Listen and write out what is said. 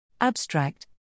Abstract